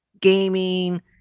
gaming